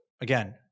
Again